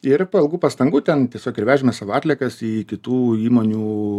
ir po ilgų pastangų ten tiesiog ir vežėme savo atliekas į kitų įmonių